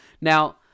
Now